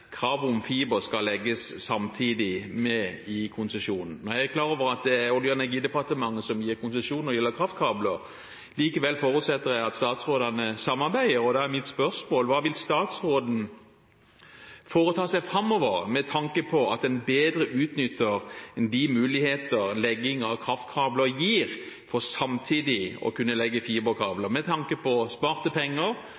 om fiber samtidig skal legges med i konsesjonen. Nå er jeg klar over at det er Olje- og energidepartementet som gir konsesjon når det gjelder kraftkabler. Likevel forutsetter jeg at statsrådene samarbeider, og da er mitt spørsmål: Hva vil statsråden foreta seg framover med tanke på bedre å utnytte de muligheter legging av kraftkabler gir for samtidig å kunne legge fiberkabler,